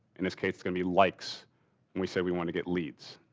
in this case is gonna be likes we say we want to get leads.